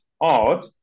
odd